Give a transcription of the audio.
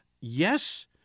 yes